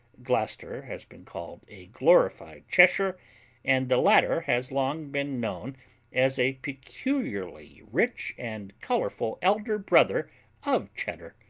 gloucester has been called a glorified cheshire and the latter has long been known as a peculiarly rich and colorful elder brother of cheddar,